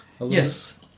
Yes